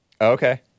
Okay